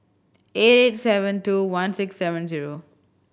eight eight seven two one six seven zero